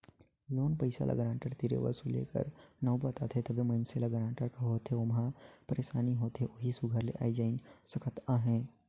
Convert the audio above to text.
loan पइसा ल guarantor तीर वसूले कर नउबत आथे तबे मइनसे ल गारंटर का होथे ओम्हां का पइरसानी होथे ओही सुग्घर ले जाएन सकत अहे